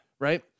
Right